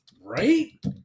Right